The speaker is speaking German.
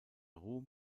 ruhm